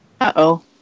Uh-oh